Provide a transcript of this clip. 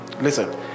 Listen